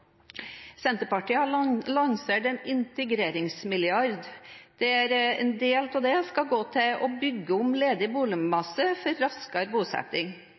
Senterpartiet har lansert en integreringsmilliard, der en del av den skal gå til å bygge om ledig boligmasse for raskere bosetting.